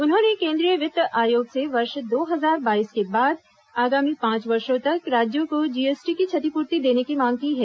उन्होंने केंद्रीय वित्त आयोग से वर्ष दो हजार बाईस के बाद आगामी पांच वर्षों तक राज्यों को जीएसटी की क्षतिपूर्ति देने की मांग की है